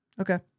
Okay